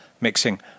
mixing